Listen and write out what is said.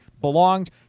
belonged